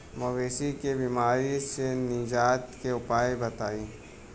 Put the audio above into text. मवेशी के बिमारी से निजात के उपाय बताई?